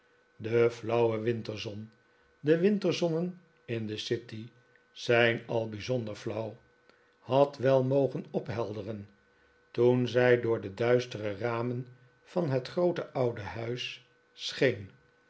de flauwe winterzon en winterzonnen in de city zijn al bijzonder flauw had wel mogen ophelderen toen zij door de duistere ramen van het groote oude huis